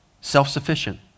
Self-sufficient